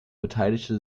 beteiligte